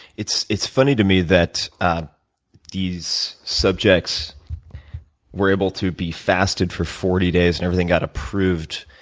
it's it's funny to me that these subjects were able to be fasted for forty days and everything got approved,